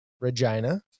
Regina